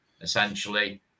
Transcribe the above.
essentially